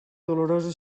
dolorosa